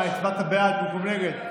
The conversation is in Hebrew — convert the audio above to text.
אה, הצבעת בעד במקום נגד?